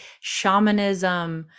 shamanism